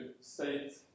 state